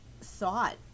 thought